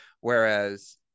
Whereas